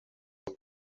him